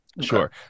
Sure